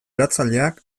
eratzaileak